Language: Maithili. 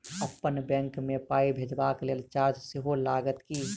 अप्पन बैंक मे पाई भेजबाक लेल चार्ज सेहो लागत की?